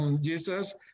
Jesus